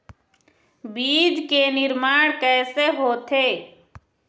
बीज के निर्माण कैसे होथे?